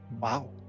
Wow